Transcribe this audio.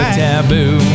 taboo